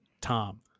Tom